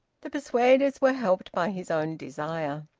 the persuaders were helped by his own desire.